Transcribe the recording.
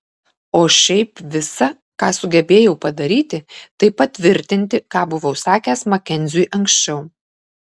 o šiaip visa ką sugebėjau padaryti tai patvirtinti ką buvau sakęs makenziui anksčiau